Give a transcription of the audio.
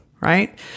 right